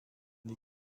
die